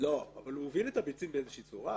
הוא הוביל את הביצים באיזו צורה.